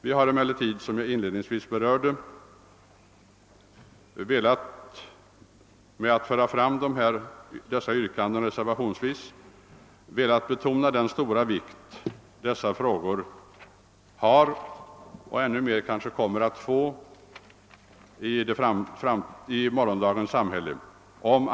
Vi har emellertid, som jag inledningsvis berörde, genom att föra fram våra yrkanden reservationsvis velat betona den stora vikt dessa frågor har och kanske än mer kommer att få i morgondagens samhälle.